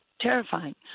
Terrifying